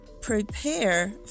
prepare